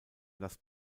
las